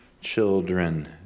children